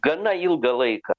gana ilgą laiką